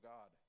God